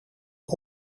een